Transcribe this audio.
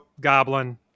Goblin